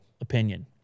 opinion